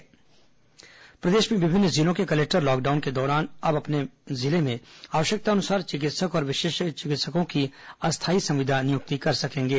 corona collector अधिकार प्रदेश में विभिन्न जिलों के कलेक्टर लॉकडाउन के दौरान अब अपने जिले में आवश्यकतानुसार चिकित्सक और विशेषज्ञ चिकित्सकों की अस्थायी संविदा नियुक्ति कर सकेंगे